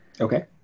Okay